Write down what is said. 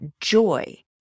Joy